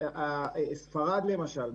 ספרד למשל,